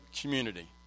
community